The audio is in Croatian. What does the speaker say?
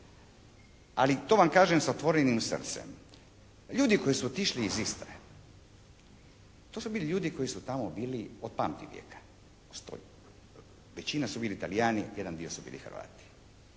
ali to vam kažem sa otvorenim srcem. Ljudi koji su otišli iz Istre, to su bili ljudi koji su tamo bili od pamtivijeka. To stoji. Većina su bili Talijani, jedan dio su bili Hrvati.